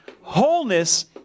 Wholeness